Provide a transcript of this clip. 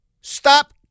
stop